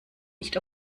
nicht